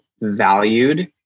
valued